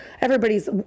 Everybody's